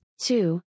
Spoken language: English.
Two